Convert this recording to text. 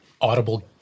audible